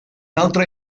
altre